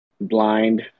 blind